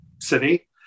city